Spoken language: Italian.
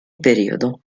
periodo